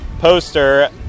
poster